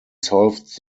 solved